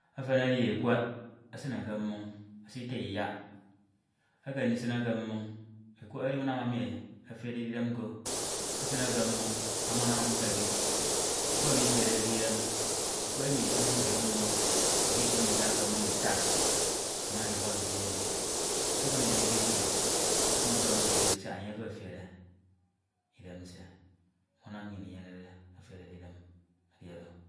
Efen edi ekwek, esita iyak esine ke mmoñ. Ekwek edi unam emi eferede idem nko. Ekwek eduñ ke mmoñ amana ọduñ ke ebid. Ekwek mifereke idem, ekwek imifuñke iduk mmoñ iki ikimum iyak ke mmoñ ita inana iwọrọ idi ebid, ubine ndikewid umukemeke uwid e siak enye efefere enye efefere idem nsie. Unam nnyin inyenede eferede Ide edi oro.